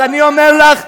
אז אני אומר לך: